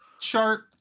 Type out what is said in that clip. chart